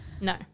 No